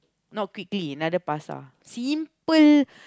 not quickly another pasar simple